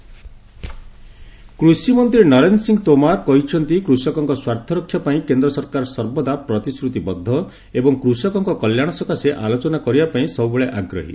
କୃଷି ମନ୍ତ୍ରୀ କୃଷିମନ୍ତ୍ରୀ ନରେନ୍ଦ୍ର ସିଂ ତୋମର କହିଛନ୍ତି କୃଷକଙ୍କ ସ୍ୱାର୍ଥ ରକ୍ଷା ପାଇଁ କେନ୍ଦ୍ର ସରକାର ସର୍ବଦା ପ୍ରତିଶ୍ରତିବଦ୍ଧ ଏବଂ କୃଷକଙ୍କ କଲ୍ୟାଣ ସକାଶେ ଆଲୋଚନା କରିବା ପାଇଁ ସବୁବେଳେ ଆଗ୍ରହୀ